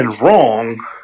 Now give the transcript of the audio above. wrong